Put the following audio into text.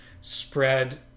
spread